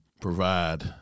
provide